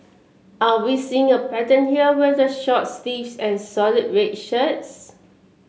are we seeing a pattern here with the shorts sleeves and solid red shirts